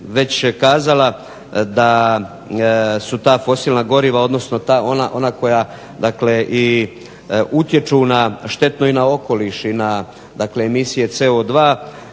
već kazala da su ta fosilna goriva, odnosno ona koja dakle i utječu na štetu i na okoliš i dakle emisije CO2.